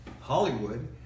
Hollywood